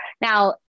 Now